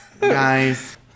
Guys